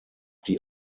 die